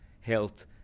health